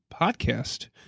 podcast